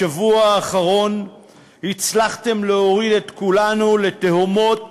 בשבוע האחרון הצלחתם להוריד את כולנו לתהומות